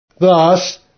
Thus